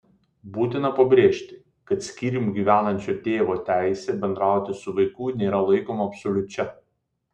būtina pabrėžti kad skyrium gyvenančio tėvo teisė bendrauti su vaiku nėra laikoma absoliučia